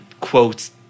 quotes